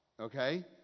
okay